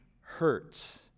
hurts